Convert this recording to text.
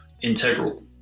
integral